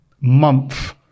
month